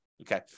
Okay